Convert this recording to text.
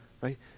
right